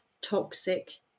toxic